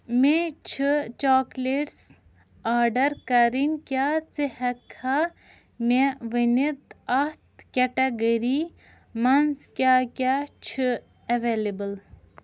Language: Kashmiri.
مےٚ چھِ چاکلیٹٕس آرڈر کرٕنۍ کیٛاہ ژٕ ہٮ۪کہٕ کھا مےٚ ؤنِتھ اَتھ کٮ۪ٹَگٔری منٛز کیٛاہ کیٛاہ چھِ اٮ۪وٮ۪لیبٕل